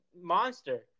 monster